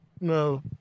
No